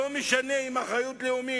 ששרים לא יכולים להעיר הערות ביניים.